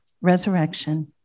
resurrection